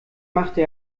machte